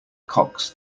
cocks